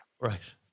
Right